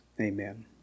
amen